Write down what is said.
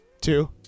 two